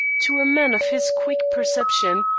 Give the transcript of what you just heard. to a man of his quick perception,